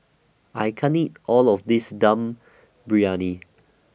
I can't eat All of This Dum Briyani